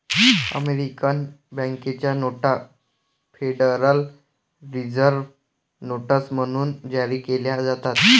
American बँकेच्या नोटा federal reserve notes म्हणून जारी केल्या जातात